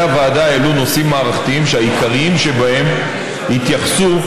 ממצאי הוועדה העלו נושאים מערכתיים שהעיקריים שבהם התייחסו